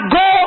go